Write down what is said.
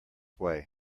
way